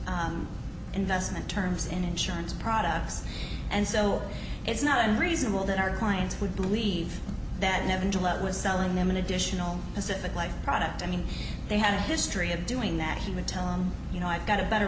investment terms in insurance products and so it's not unreasonable that our clients would believe that never let was selling them an additional pacific life product i mean they had a history of doing that he would tell them you know i've got a better